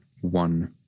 one